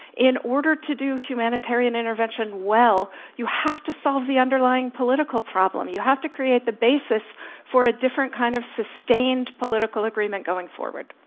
in order to do humanitarian intervention well, you have to solve the underlying political problem. you have to create the basis for a different kind of sustained political agreement going forward.